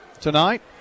tonight